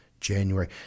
January